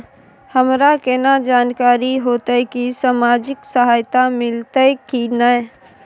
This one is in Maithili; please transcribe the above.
हमरा केना जानकारी होते की सामाजिक सहायता मिलते की नय?